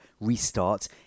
restart